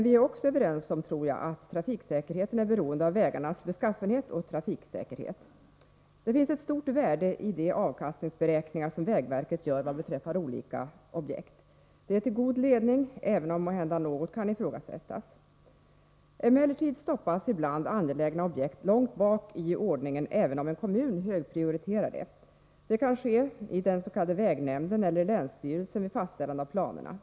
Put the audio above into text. Vi är också överens om, tror jag, att trafiksäkerheten är beroende av vägarnas beskaffenhet och trafikintensitet. N ES RR := Om upprustning av Det finns ett stort värde i avkastningsräkningar som vägverket gör vad år : 8 4 s CE Al & vägarna till Arlanbeträffar olika objekt. De är till god ledning, även om måhända något kan daflygplats ifrågasättas. Emellertid stoppas ibland angelägna objekt långt bak i ordningen även om en kommun högprioriterar dem. Detta kan ske i den s.k. vägnämnden eller i länsstyrelsen vid fastställande av planerna.